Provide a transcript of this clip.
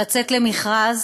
לצאת למכרז